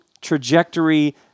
trajectory